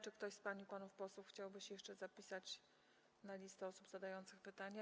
Czy ktoś z pań i panów posłów chciałby się jeszcze zapisać na liście osób zadających pytania?